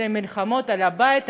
אלא מלחמות על הבית,